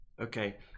Okay